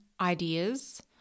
ideas